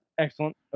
excellent